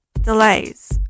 Delays